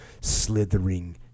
slithering